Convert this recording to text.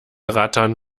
rattern